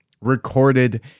recorded